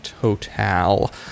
total